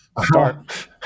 start